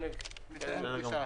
נתאם פגישה עכשיו.